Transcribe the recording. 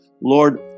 Lord